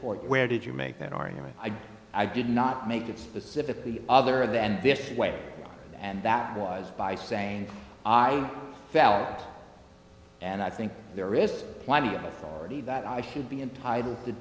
court where did you make that argument i did i did not make it specifically other than this way and that was by saying i felt and i think there is plenty of authority that i should be entitled to